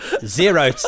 zero